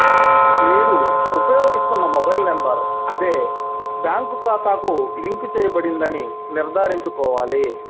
మీరు ఉపయోగిస్తున్న mobile number అదే బ్యాంక్ ఖాతాకు లింక్ చేయబడిందని నిర్ధారించుకోవాలి